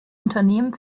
unternehmen